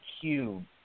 cube